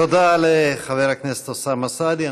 תודה לחבר הכנסת אוסאמה סעדי.